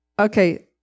Okay